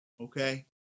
Okay